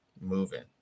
moving